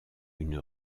une